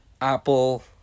Apple